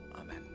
Amen